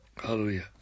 hallelujah